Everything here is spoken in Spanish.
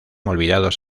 olvidados